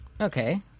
Okay